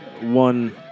one